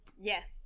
Yes